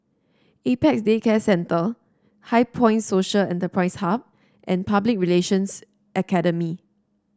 Apex Day Care Centre HighPoint Social Enterprise Hub and Public Relations Academy